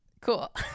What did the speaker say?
cool